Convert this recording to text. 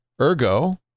Ergo